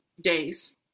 days